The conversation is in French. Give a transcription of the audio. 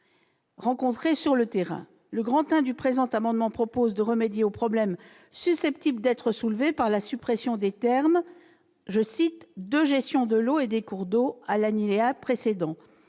rencontrées sur le terrain. Par son I, le présent amendement tend à remédier aux problèmes susceptibles d'être soulevés par la suppression des termes « de gestion de l'eau et des cours d'eau » à l'alinéa précédent.